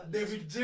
David